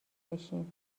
بشین